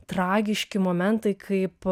tragiški momentai kaip